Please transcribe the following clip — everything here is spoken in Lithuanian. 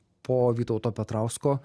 po vytauto petrausko